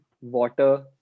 water